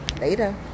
Later